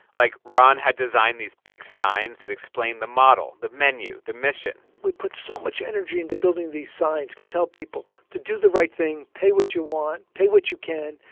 like ron had designed these big signs that explain the model, the menu, the mission we put so much energy into building these signs to tell people to do the right thing, pay what you want, pay what you can,